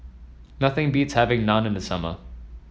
nothing beats having Naan in the summer